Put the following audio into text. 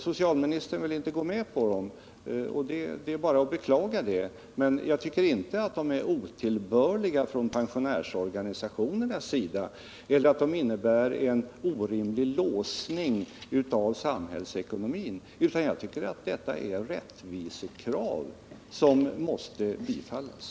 Det är bara att beklaga att socialministern inte vill gå med på dem. Men jag tycker inte att det är otillbörligt att pensionärsorganisationerna framför dem eller att de innebär en | orimlig låsning av samhällsekonomin. Jag tycker i stället att det är fråga om rättvisekrav som måste bifallas.